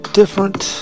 different